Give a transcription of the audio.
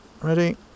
ready